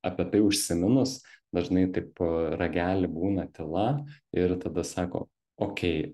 apie tai užsiminus dažnai taip ragely būna tyla ir tada sako okei